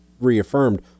reaffirmed